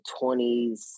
20s